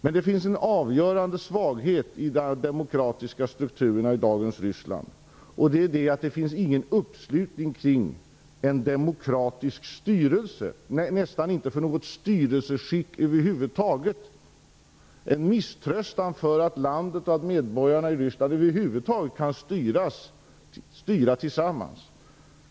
Men det finns en avgörande svaghet i de demokratiska strukturerna i dagens Ryssland, och det är att det inte finns någon uppslutning kring en demokratisk styrelse, nästan inte för något styrelseskick över huvud taget. Det finns en misströstan om att landet och medborgarna i Ryssland över huvud taget kan styra tillsammans.